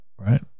Right